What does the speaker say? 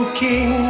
king